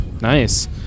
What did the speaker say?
Nice